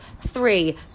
three